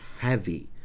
heavy